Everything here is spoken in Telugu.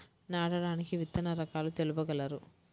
నాటడానికి విత్తన రకాలు తెలుపగలరు?